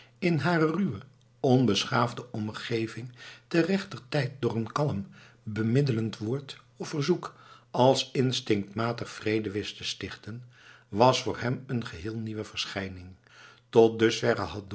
in hare ruwe onbeschaafde omgeving te rechter tijd door een kalm bemiddelend woord of verzoek als instinctmatig vrede wist te stichten was voor hem een geheel nieuwe verschijning tot dusverre